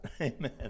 Amen